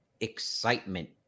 excitement